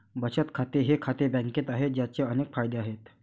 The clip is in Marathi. बचत खाते हे खाते बँकेत आहे, ज्याचे अनेक फायदे आहेत